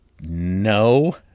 no